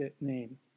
name